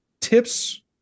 tips